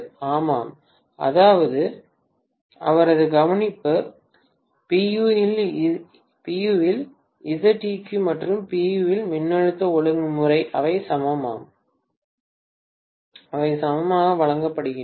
ஆமாம் அவரது கவனிப்பு pu இல் Zeq மற்றும் pu இல் மின்னழுத்த ஒழுங்குமுறை அவை சமம் ஆம் அவை சமமாக வழங்கப்படுகின்றன